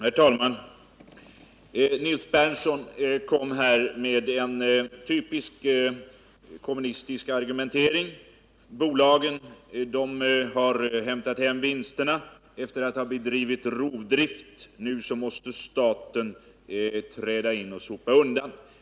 Herr talman! Nils Berndtson förde en typiskt kommunistisk argumentering: bolagen har hämtat hem vinsterna efter att ha bedrivit rovdrift, och nu måste staten träda in och sopa undan.